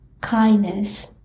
kindness